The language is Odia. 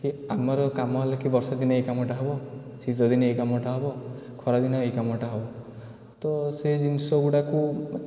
କି ଆମର କାମ ହେଲା କି ବର୍ଷାଦିନେ ଏ କାମଟା ହେବ ଶୀତଦିନେ ଏଇ କାମଟା ହେବ ଖରାଦିନେ ଏଇ କାମଟା ହେବ ତ ସେ ଜିନିଷଗୁଡ଼ାକୁ